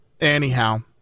anyhow